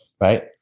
right